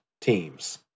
teams